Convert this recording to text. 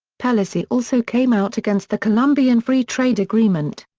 pelosi also came out against the colombian free trade agreement.